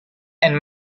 and